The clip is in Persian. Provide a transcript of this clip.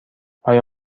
آیا